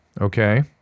Okay